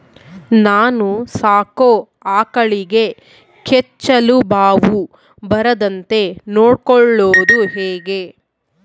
ನಾನು ಸಾಕೋ ಆಕಳಿಗೆ ಕೆಚ್ಚಲುಬಾವು ಬರದಂತೆ ನೊಡ್ಕೊಳೋದು ಹೇಗೆ?